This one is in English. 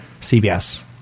CBS